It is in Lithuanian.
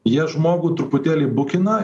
jie žmogų truputėlį bukina